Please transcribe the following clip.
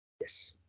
Yes